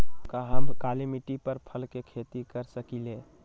का हम काली मिट्टी पर फल के खेती कर सकिले?